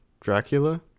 Dracula